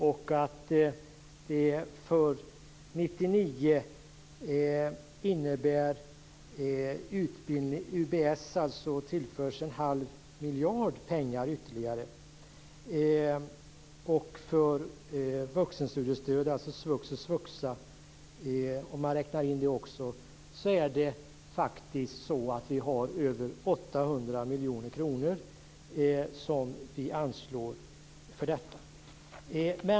För 1999 tillförs UBS en halv miljard ytterligare. Om man räknar in vuxenstudiestödet, svux och svuxa, anslår vi över 800 miljoner kronor.